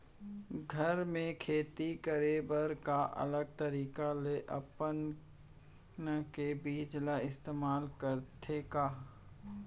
घर मे खेती करे बर का अलग तरीका ला अपना के बीज ला इस्तेमाल करथें का?